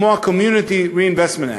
כמו ה-community reinvestment.